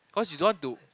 cause you don't want to